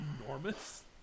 enormous